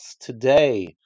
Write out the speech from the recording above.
Today